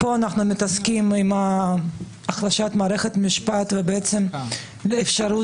פסקת ההתגברות אאוט, איזה אאוט?